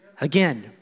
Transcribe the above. again